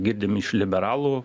girdim iš liberalų